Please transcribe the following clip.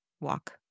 walk